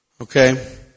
Okay